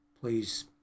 Please